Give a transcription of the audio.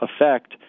effect